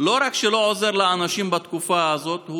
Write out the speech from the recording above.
לא רק שלא עוזר לאנשים בתקופה הזאת,